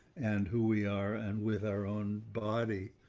and who we are and with our own body.